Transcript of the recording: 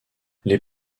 les